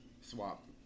swap